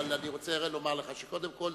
אני רוצה לומר לך שקודם כול,